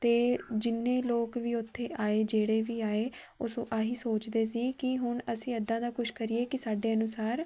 ਅਤੇ ਜਿੰਨੇ ਲੋਕ ਵੀ ਉੱਥੇ ਆਏ ਜਿਹੜੇ ਵੀ ਆਏ ਉਸ ਆਹੀ ਸੋਚਦੇ ਸੀ ਕਿ ਹੁਣ ਅਸੀਂ ਇੱਦਾਂ ਦਾ ਕੁਛ ਕਰੀਏ ਕਿ ਸਾਡੇ ਅਨੁਸਾਰ